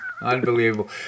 unbelievable